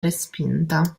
respinta